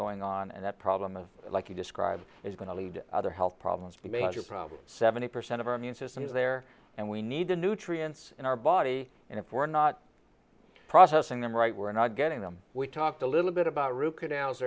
going on and that problem of like you described is going to lead other health problems to be a major problem seventy percent of our immune system is there and we need the nutrients in our body and if we're not processing them right we're not getting them we talked a little bit about root canals